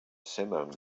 simum